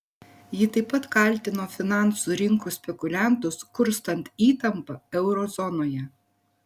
ji taip pat kaltino finansų rinkų spekuliantus kurstant įtampą euro zonoje